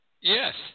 Yes